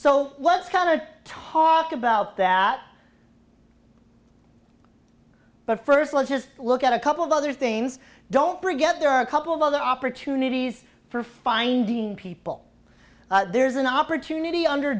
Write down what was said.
let's kind of talk about that but first let's just look at a couple of other things don't forget there are a couple of other opportunities for finding people there's an opportunity under